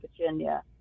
Virginia